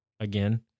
Again